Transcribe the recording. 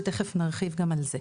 שתיכף נרחיב גם על זה.